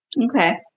okay